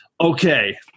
okay